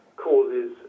causes